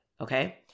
Okay